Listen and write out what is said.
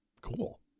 cool